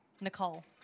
Nicole